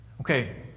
Okay